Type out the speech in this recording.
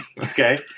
Okay